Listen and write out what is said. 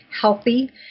healthy